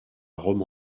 rome